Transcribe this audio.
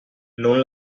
non